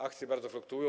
Akcje bardzo fluktuują.